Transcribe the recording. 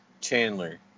Chandler